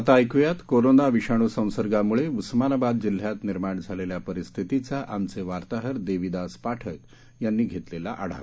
आता ऐकूयात कोरोना विषाणू संसर्गामुळे उस्मानाबाद जिल्ह्यात निर्माण झालेल्या परिस्थितीचा आमचे वार्ताहर देविदास पाठक यांनी घेतलेला आढावा